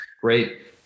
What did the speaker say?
great